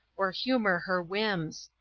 or humor her whims.